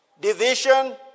Division